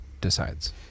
decides